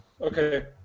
Okay